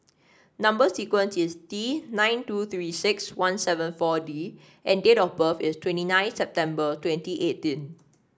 number sequence is T nine two Three six one seven four D and date of birth is twenty nine September twenty eighteen